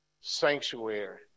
sanctuary